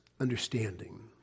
understanding